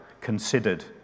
considered